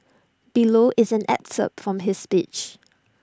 below is an excerpt from his speech